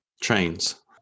Trains